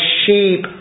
sheep